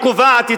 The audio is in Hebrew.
היא קובעת,